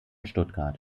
stuttgart